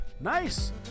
Nice